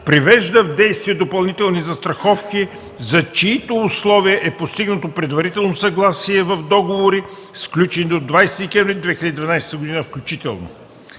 привежда в действие допълнителни застраховки, за чиито условия е постигнато предварително съгласие в договори, сключени до 20 декември 2012 г. включително.